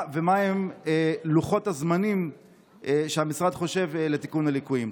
מהם לוחות הזמנים שהמשרד מציב לתיקון הליקויים?